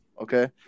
okay